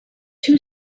two